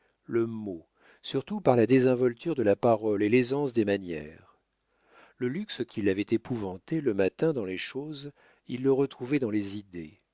le mot surtout par la désinvolture de la parole et l'aisance des manières le luxe qui l'avait épouvanté le matin dans les choses il le retrouvait dans les idées